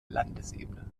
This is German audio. landesebene